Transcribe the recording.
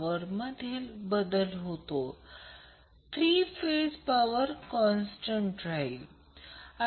परंतु येथे phase current आहे आणि हे लाईन करंट आहे